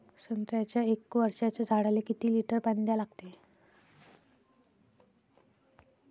संत्र्याच्या एक वर्षाच्या झाडाले किती लिटर पाणी द्या लागते?